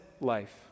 life